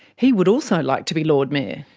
he would also like to be lord mayor.